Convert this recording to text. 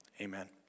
Amen